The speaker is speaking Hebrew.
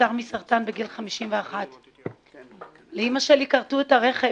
נפטר מסרטן בגיל 51. לאימא שלי כרתו את הרחם